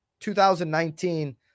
2019